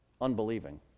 unbelieving